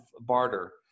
barter